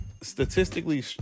statistically